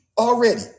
already